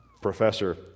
professor